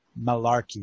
malarkey